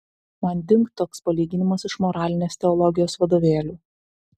man dingt toks palyginimas iš moralinės teologijos vadovėlių